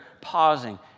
pausing